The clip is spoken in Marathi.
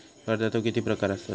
कर्जाचे किती प्रकार असात?